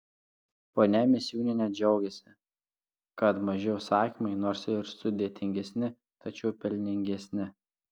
ponia misiūnienė džiaugiasi kad maži užsakymai nors ir sudėtingesni tačiau pelningesni